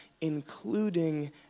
including